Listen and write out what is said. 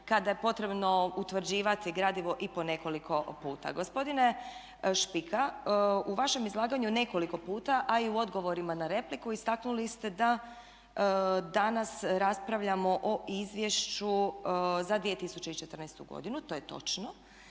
kada je potrebno utvrđivati gradivo i po nekoliko puta. Gospodine Špika, u vašem izlaganju nekoliko puta a i u odgovorima na repliku istaknuli ste da danas raspravljamo o izvješću za 2014. godinu, to je točno